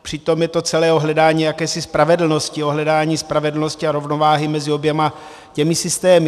Přitom je to ale celé o hledání jakési spravedlnosti, o hledání spravedlnosti a rovnováhy mezi oběma systémy.